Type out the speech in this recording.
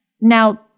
Now